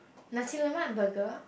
Nasi-Lemak burger